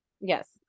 yes